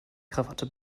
krawatte